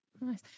nice